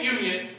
Union